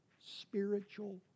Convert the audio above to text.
spiritual